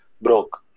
broke